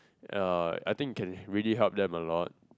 uh I think it can really help them a lot